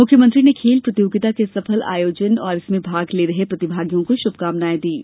मुख्यमंत्री ने खेल प्रतियोगिता के सफल आयोजन और इसमें भाग ले रहे प्रतिभागियों को श्भकामनाएँ दीं